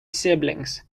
siblings